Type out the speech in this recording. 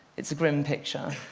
it's a grim picture.